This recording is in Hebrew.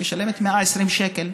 היא משלמת 120 שקל.